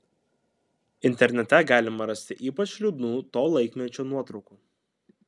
internete galima rasti ypač liūdnų to laikmečio nuotraukų